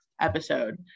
episode